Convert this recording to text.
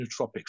nootropics